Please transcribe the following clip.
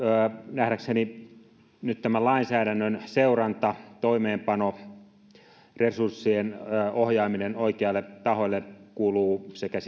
nähdäkseni nyt tämän lainsäädännön seuranta toimeenpano ja resurssien ohjaaminen oikeille tahoille kuuluvat sekä